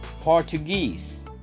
Portuguese